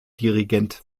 dirigent